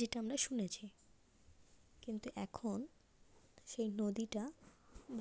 যেটা আমরা শুনেছি কিন্তু এখন সেই নদীটা